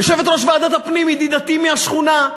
יושבת-ראש ועדת הפנים, ידידתי מהשכונה.